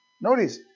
Notice